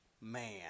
man